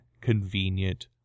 convenient